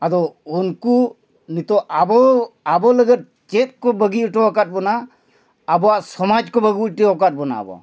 ᱟᱫᱚ ᱩᱱᱠᱩ ᱱᱤᱛᱳᱜ ᱟᱵᱚ ᱟᱵᱚ ᱞᱟᱹᱜᱤᱫ ᱪᱮᱫ ᱠᱚ ᱵᱟᱹᱜᱤ ᱦᱚᱴᱚ ᱟᱠᱟᱫ ᱵᱚᱱᱟ ᱟᱵᱚᱣᱟᱜ ᱥᱚᱢᱟᱡᱽ ᱠᱚ ᱵᱟᱹᱜᱤ ᱦᱚᱴᱚ ᱟᱠᱟᱫ ᱵᱚᱱᱟ ᱟᱵᱚ